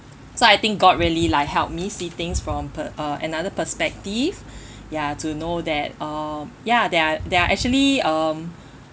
so I think god really like help me see things from per~ uh another perspective ya to know that uh ya there are there are actually um